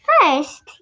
First